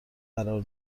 قرار